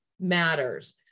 matters